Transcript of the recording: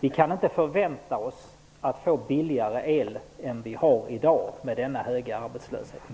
Vi kan inte förvänta oss att få billigare el än vad vi har i dag, när vi har en så hög arbetslöshet.